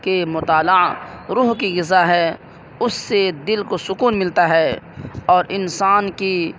کہ مطالعہ روح کی غذا ہے اس سے دل کو سکون ملتا ہے اور انسان کی